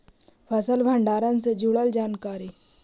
फसल भंडारन से जुड़ल जानकारी?